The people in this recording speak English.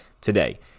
today